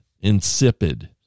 insipid